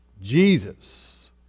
Jesus